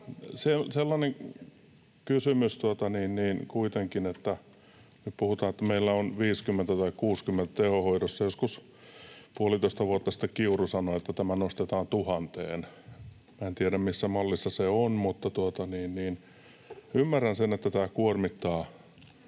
kun nyt puhutaan, että meillä on 50 tai 60 tehohoidossa — joskus puolitoista vuotta sitten Kiuru sanoi, että tämä nostetaan 1 000:een. Minä en tiedä, missä mallissa se on, mutta ymmärrän sen, että tämä kuormittaa